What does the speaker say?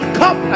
come